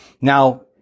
Now